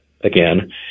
again